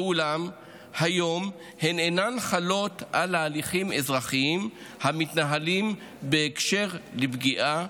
אולם כיום הן אינן חלות בהליכים אזרחיים המתנהלים בהקשר של הפגיעה,